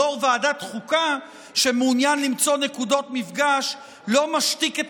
יו"ר ועדת חוקה שמעוניין למצוא נקודות מפגש לא משתיק את